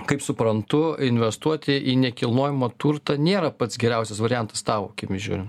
kaip suprantu investuoti į nekilnojamą turtą nėra pats geriausias variantas tavo akimis žiūrint